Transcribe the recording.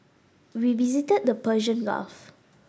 we visited the Persian Gulf